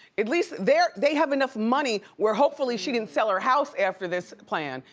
at least their, they have enough money where hopefully she can sell her house after this plan.